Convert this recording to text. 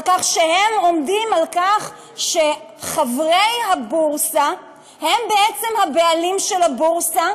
על כך שהם עומדים על כך שחברי הבורסה הם בעצם הבעלים של הבורסה,